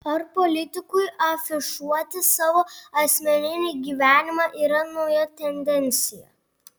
ar politikui afišuoti savo asmeninį gyvenimą yra nauja tendencija